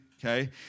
Okay